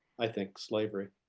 i think, slavery.